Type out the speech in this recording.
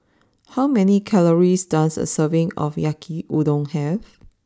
how many calories does a serving of Yaki Udon have